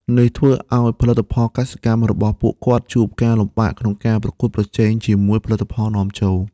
នេះធ្វើឱ្យផលិតផលកសិកម្មរបស់ពួកគាត់ជួបការលំបាកក្នុងការប្រកួតប្រជែងជាមួយផលិតផលនាំចូល។